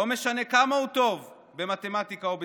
לא משנה כמה הוא טוב במתמטיקה או בספרות.